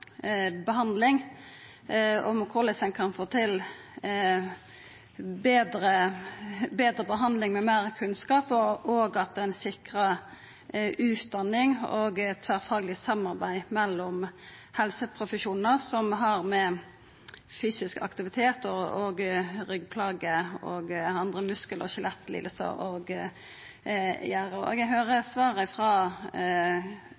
behandling og om korleis ein kan få til betre behandling med meir kunnskap, og at ein sikrar utdanning og tverrfagleg samarbeid mellom helseprofesjonar som har med fysisk aktivitet, ryggplager og andre muskel- og skjelettlidingar å gjera. Eg høyrde svaret frå helse- og